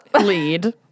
lead